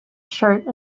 shirt